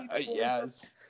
Yes